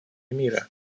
мира